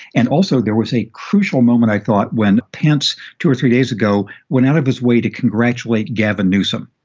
and also, there was a crucial moment, i thought, when pence, two or three days ago went out of his way to congratulate gavin newsom.